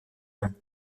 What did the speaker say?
longue